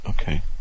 Okay